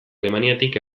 alemaniatik